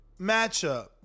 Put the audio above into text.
matchup